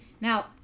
Now